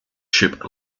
ship